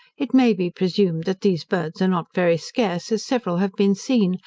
it may be presumed, that these birds are not very scarce, as several have been seen,